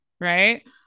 Right